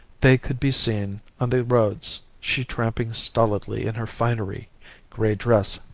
they could be seen on the roads, she tramping stolidly in her finery grey dress,